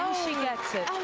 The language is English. ah she gets it.